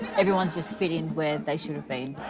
everyone is just fitting where they should've been.